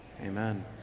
amen